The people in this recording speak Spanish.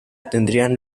tendrían